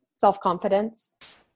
self-confidence